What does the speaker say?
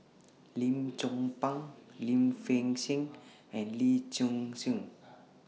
Lim Chong Pang Lim Fei Shen and Lee Shu Fen